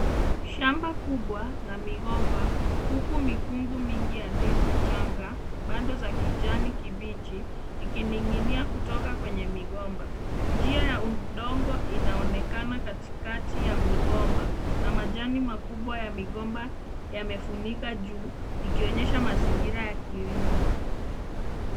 Shamba kubwa la migomba, huku mikungu mingi ya ndizi changa, bado za kijani kibichi, ikining'inia kutoka kwenye migomba. Njia ya udongo inaonekana katikati ya migomba, na majani makubwa ya migomba imeufika juu, yakionyesha mazingira ya kilimo.